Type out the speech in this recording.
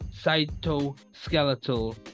cytoskeletal